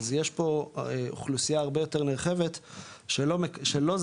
אז יש פה אוכלוסייה הרבה יותר נרחבת שלא זכאית,